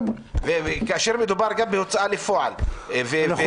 וכאשר מדובר גם בהוצאה לפועל ובהתדיינויות